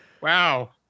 wow